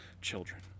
children